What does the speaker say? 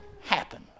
happen